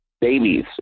babies